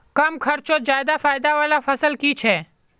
कम खर्चोत ज्यादा फायदा वाला फसल की छे?